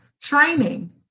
training